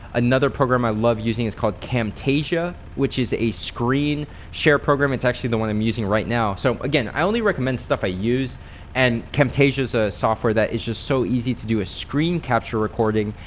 another program i love using is called camtasia which is a screen share program. it's actually the one i'm using right now. so again, i only recommend stuff i use and camtasia's a software that is just so easy to do a screen capture recording,